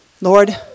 Lord